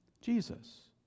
Jesus